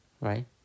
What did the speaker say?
Right